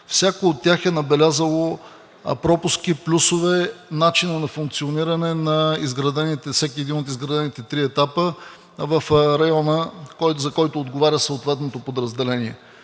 Всяко от тях е набелязало пропуски, плюсове, начина на функциониране на всеки един от изградените три етапа в района, за който отговаря съответното подразделение.